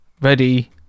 ready